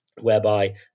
whereby